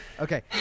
Okay